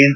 N